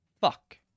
Fuck